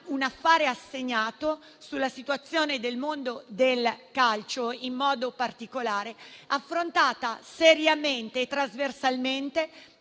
un affare assegnato sulla situazione del mondo del calcio in modo particolare, affrontato seriamente e trasversalmente